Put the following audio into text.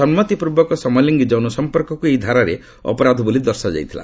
ସମ୍ମତି ପୂର୍ବକ ସମଲିଙ୍ଗି ଯୌନ ସମ୍ପର୍କକୁ ଏହି ଧାରାରେ ଅପରାଧ ବୋଲି ଦର୍ଶାଯାଇଥିଲା